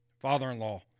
father-in-law